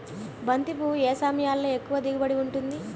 బంతి పువ్వు ఏ సమయంలో ఎక్కువ దిగుబడి ఉంటుంది?